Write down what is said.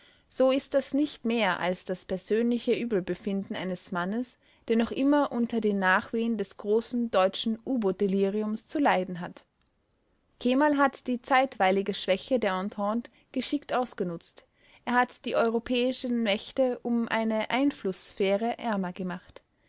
so ist das nicht mehr als das persönliche übelbefinden eines mannes der noch immer unter den nachwehen des großen deutschen u-boot-deliriums zu leiden hat kemal hat die zeitweilige schwäche der entente geschickt ausgenutzt er hat die europäischen mächte um eine einflußsphäre ärmer gemacht